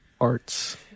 Arts